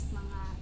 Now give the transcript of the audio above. mga